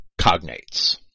cognates